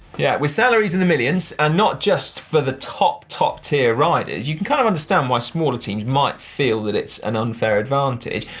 yeah. with salaries in the millions, and not just for the top, top tier riders, you can kind of understand why smaller teams might feel that it's an unfair advantage.